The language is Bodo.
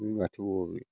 हो माथोबाव बे